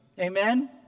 Amen